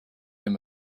him